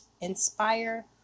inspire